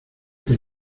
que